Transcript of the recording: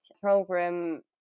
program